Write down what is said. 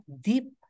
deep